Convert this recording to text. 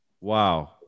Wow